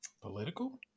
political